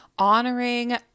honoring